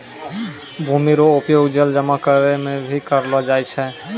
भूमि रो उपयोग जल जमा करै मे भी करलो जाय छै